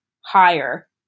higher